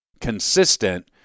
consistent